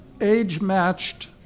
age-matched